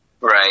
Right